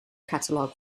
catalog